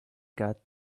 cat